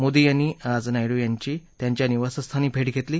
मोदी यांनी आज नायडु यांची त्यांच्या निवासस्थानी भेट घेतली